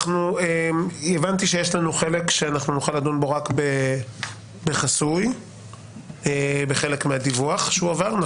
הבנתי שיש לנו חלק שנוכל לדון בו רק בחסוי בחלק מהדיווח שהועבר.